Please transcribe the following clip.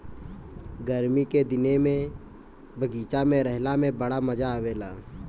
गरमी के दिने में बगीचा में रहला में बड़ा मजा आवेला